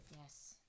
Yes